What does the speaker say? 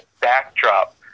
backdrop